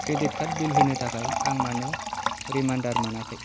credit card bill होनो थाखाय आं मानो रिमारन्डार मोनाखै